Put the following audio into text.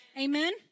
Amen